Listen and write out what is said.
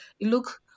look